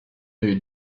who